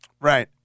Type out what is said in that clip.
Right